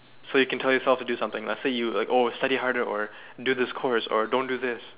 so you can tell yourself to do something like let's say you oh study harder or do this course or don't do this